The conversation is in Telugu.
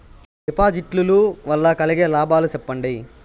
డిపాజిట్లు లు వల్ల కలిగే లాభాలు సెప్పండి?